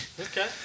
Okay